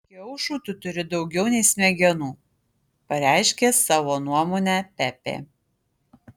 kiaušų tu turi daugiau nei smegenų pareiškė savo nuomonę pepė